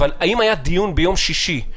אבל האם היה דיון ביום שישי,